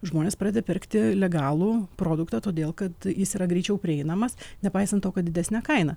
žmonės pradeda pirkti legalų produktą todėl kad jis yra greičiau prieinamas nepaisant to kad didesnė kaina